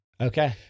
Okay